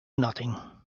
nothing